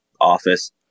office